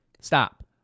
Stop